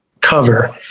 cover